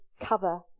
cover